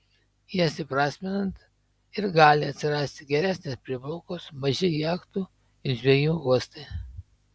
jas įprasminant ir gali atsirasti geresnės prieplaukos maži jachtų ir žvejų uostai